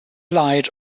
light